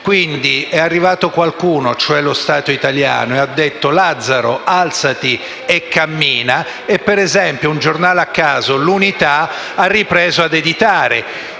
defunte. È arrivato qualcuno, cioè lo Stato italiano, che ha detto: «Lazzaro, alzati e cammina», e un giornale a caso, «l'Unità», ha ripreso a editare,